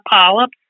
polyps